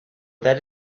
that